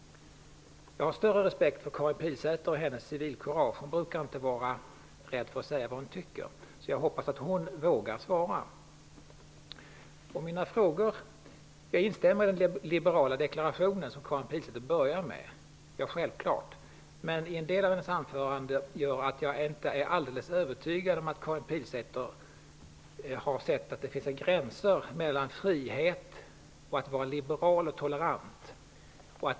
Jag har större respekt för Karin Pilsäter och hennes civilkurage. Hon brukar inte vara rädd för att säga vad hon tycker. Jag hoppas att hon vågar svara på mina frågor. Jag instämmer i den liberala deklarationen Karin Pilsäter inledde med. Självklart! Men en del av hennes anförande gör att jag inte är alldeles övertygad om att Karin Pilsäter har sett att det finns gränser mellan frihet och att vara liberal och tolerant.